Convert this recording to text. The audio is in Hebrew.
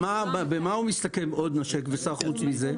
במה הוא מסתכם, 'נשק וסע', חוץ מזה?